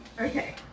Okay